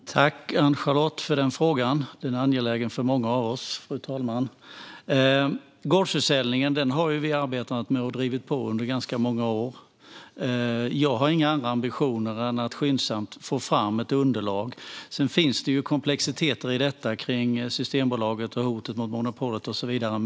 Fru talman! Jag tackar Ann-Charlotte för frågan; den är angelägen för många av oss. Vi har drivit på för gårdsförsäljning under ganska många år. Jag har inga andra ambitioner än att skyndsamt få fram ett underlag. Det finns dock en komplexitet kring Systembolaget, hotet mot monopolet och så vidare.